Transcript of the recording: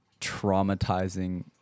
traumatizing